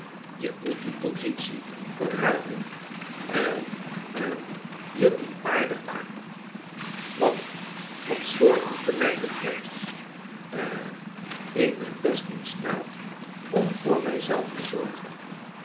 je moet die positie verruimen en hm je die waardig maken wat dat zorgen voor mij betreft ha ik ben best in staat om voor mij zelf te zorgen